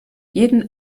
jeden